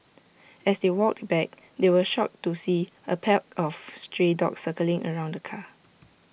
as they walked back they were shocked to see A pack of stray dogs circling around the car